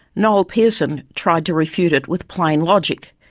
noel pearson tried to refute it with plain logic.